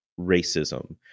racism